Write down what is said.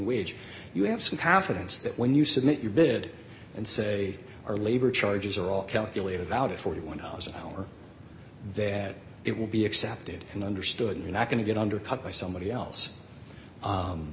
wage you have some confidence that when you submit your bid and say our labor charges are all calculated out of forty one dollars an hour that it will be accepted and understood you're not going to get undercut by somebody else